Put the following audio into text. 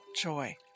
joy